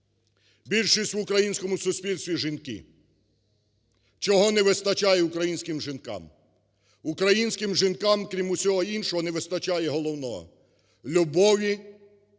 Більшість в українському суспільстві – жінки. Чого не вистачає українським жінкам? Українським жінкам, крім усього іншого, не вистачає головного – любові